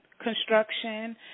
construction